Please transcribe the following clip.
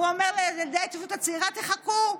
הוא אומר לילדי ההתיישבות הצעירה: תחכו.